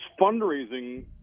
fundraising